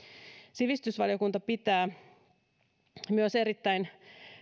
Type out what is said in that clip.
sivistysvaliokunta pitää erittäin